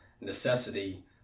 necessity